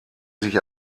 sich